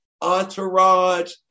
Entourage